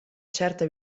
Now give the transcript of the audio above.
certa